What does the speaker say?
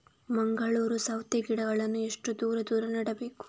ಮಂಗಳೂರು ಸೌತೆ ಗಿಡಗಳನ್ನು ಎಷ್ಟು ದೂರ ದೂರ ನೆಡಬೇಕು?